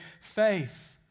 faith